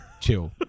chill